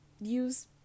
use